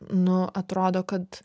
nu atrodo kad